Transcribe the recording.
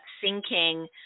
sinking